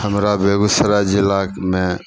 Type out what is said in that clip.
हमरा बेगूसराय जिलामे